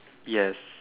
yes